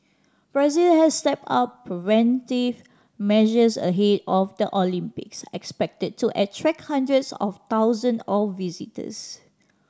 Brazil has stepped up preventive measures ahead of the Olympics expected to attract hundreds of thousand of visitors